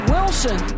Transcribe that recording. Wilson